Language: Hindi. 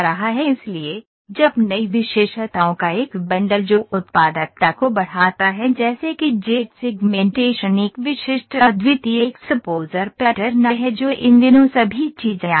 इसलिए जब नई विशेषताओं का एक बंडल जो उत्पादकता को बढ़ाता है जैसे कि जेड सेगमेंटेशन एक विशिष्ट अद्वितीय एक्सपोज़र पैटर्न है जो इन दिनों सभी चीजें आ रही हैं